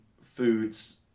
foods